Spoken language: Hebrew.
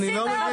רוצים מאוד.